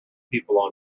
people